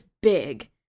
big